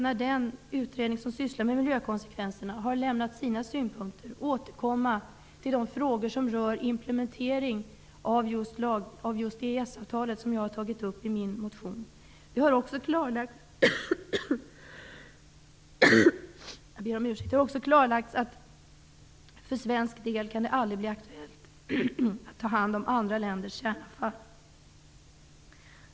När den utredning som sysslar med miljökonsekvenserna har lämnat sina synpunkter, finns det anledning att återkomma till de frågor som rör implementering av just EES-avtalet, vilka jag tagit upp i min motion. Det har också klarlagts att det för svensk del aldrig kan bli aktuellt att ta hand om andra länders kärnavfall.